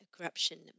corruption